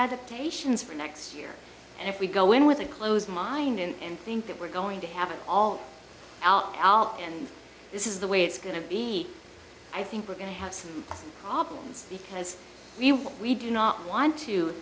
adaptations for next year and if we go in with a closed mind and think that we're going to have an all out out and this is the way it's going to be i think we're going to have some problems because we we do not want to